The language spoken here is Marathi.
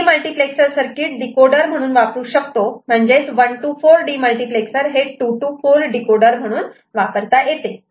डीमल्टीप्लेक्सर सर्किट डीकोडर म्हणून वापरू शकतो म्हणजेच 1 to 4 डीमल्टिप्लेक्सर हे 2 to 4 डीकोडर म्हणून वापरता येते